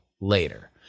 later